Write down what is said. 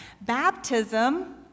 Baptism